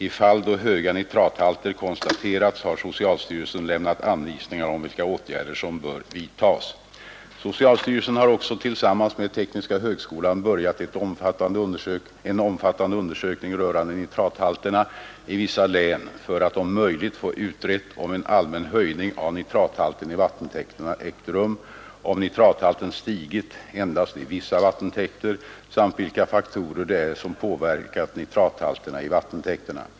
I fall då höga nitrathalter konstaterats har socialstyrelsen lämnat anvisningar om vilka åtgärder som bör vidtas. Socialstyrelsen har också tillsammans med tekniska högskolan börjat en omfattande undersökning rörande nitrathalterna i vissa län för att om möjligt få utrett om en allmän höjning av nitrathalten i vattentäkterna ägt rum, om nitrathalten stigit endast i vissa vattentäkter samt vilka faktorer det är som påverkat nitrathalterna i vattentäkterna.